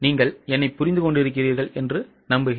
நீங்கள் என்னைப் புரிந்து கொண்டிருக்கிறீர்களா